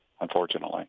unfortunately